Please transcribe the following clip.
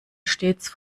stets